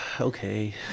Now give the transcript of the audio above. okay